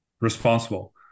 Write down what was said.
responsible